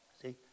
See